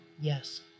Yes